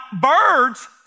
birds